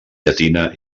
llatina